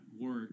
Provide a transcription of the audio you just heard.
work